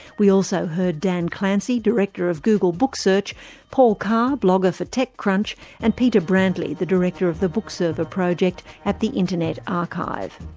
we also heard daniel clancy, director of google book search paul carr blogger for techcrunch and peter brantley, the director of the bookserver project at the internet archive.